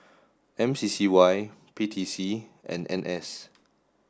M C C Y P T C and N S